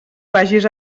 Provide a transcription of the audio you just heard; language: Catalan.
vagis